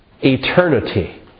Eternity